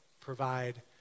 provide